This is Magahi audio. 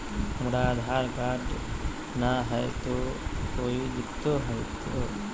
हमरा आधार कार्ड न हय, तो कोइ दिकतो हो तय?